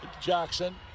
Jackson